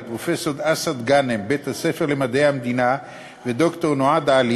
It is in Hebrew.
לפרופסור אסעד גאנם מבית הספר למדעי המדינה ולד"ר נוהאד עלי